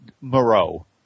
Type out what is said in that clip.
Moreau